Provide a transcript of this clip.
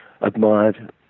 admired